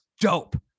dope